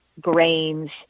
grains